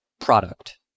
Product